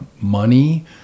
money